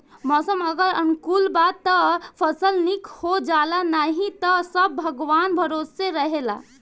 मौसम अगर अनुकूल बा त फसल निक हो जाला नाही त सब भगवान भरोसे रहेला